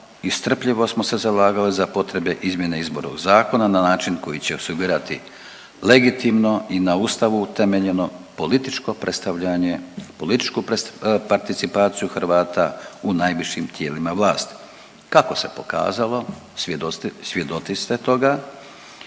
i strpljivo smo se zalagali za potrebe izmjene Izbornog zakona na način koji će osigurati legitimno i na Ustavu utemeljeno političko predstavljanje, političku participaciju Hrvata u najvišim tijelima vlasti. Kako se pokazalo svjedoci ste toga,